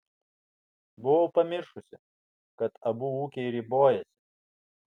buvau pamiršusi kad abu ūkiai ribojasi